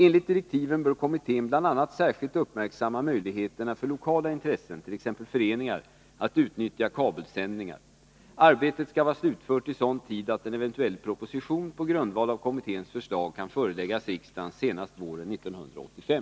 Enligt direktiven bör kommittén bl.a. särskilt uppmärksamma möjligheterna för lokala intressen, t.ex. föreningar, att utnyttja kabelsändningar. Arbetet skall vara slutfört i sådan tid att en eventuell proposition på grundval av kommitténs förslag kan föreläggas riksdagen senast våren 1985.